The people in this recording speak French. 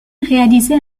réalisait